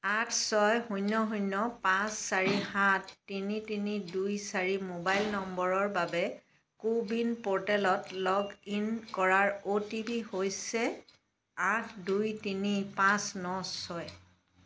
আঠ ছয় শূন্য শূন্য পাঁচ চাৰি সাত তিনি তিনি দুই চাৰি মোবাইল নম্বৰৰ বাবে কো ৱিন প'ৰ্টেলত লগ ইন কৰাৰ অ'টিপি হৈছে আঠ দুই তিনি পাঁচ ন ছয়